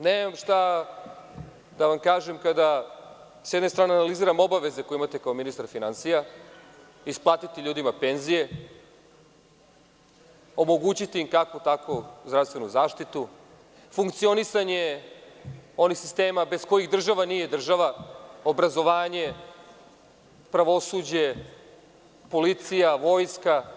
Nemam šta da vam kažem kada, sa jedne strane, analiziram obaveze kao ministra finansija – isplatiti ljudima penzije, omogućiti im kakvu-takvu zdravstvenu zaštitu, funkcionisanje onih sistema bez kojih država nije država, obrazovanje, pravosuđe, policija, vojska.